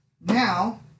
Now